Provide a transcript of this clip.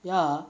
ya